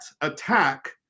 attack